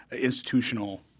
institutional